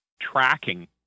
tracking